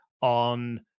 on